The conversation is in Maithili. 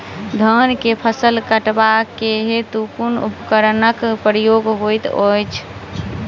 धान केँ फसल कटवा केँ हेतु कुन उपकरणक प्रयोग होइत अछि?